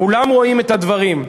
כולם רואים את הדברים.